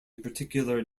particular